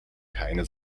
keine